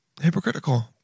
hypocritical